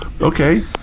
Okay